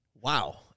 Wow